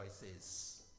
choices